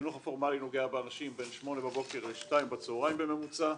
החינוך הפורמלי נוגע באנשים בין 08:00 בבוקר ל-14:00 בצהריים בממוצע,